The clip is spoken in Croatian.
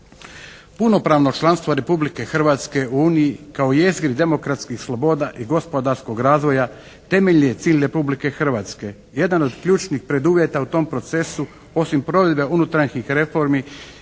Punopravno članstvo Republike Hrvatske u uniji kao i …/Govornik se ne razumije./… demokratskih sloboda i gospodarskog razvoja temeljni je cilj Republike Hrvatske. Jedan od ključnih preduvjeta u tom procesu osim provedbe unutarnjih reformi